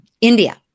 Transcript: India